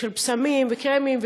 בשמים וקרמים,